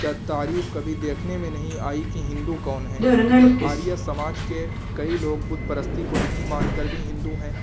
کا تعریف کبھی دیکھنے میں نہیں آئی کہ ہندو کون ہیں آریا سماج کے کئی لوگ بت پرستی کو نہیں مان کر بھی ہندو ہیں